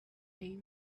day